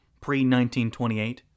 pre-1928